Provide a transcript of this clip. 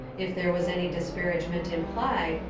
if there was any disparagement implied,